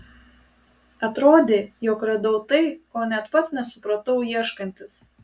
atrodė jog radau tai ko net pats nesupratau ieškantis